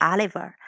Oliver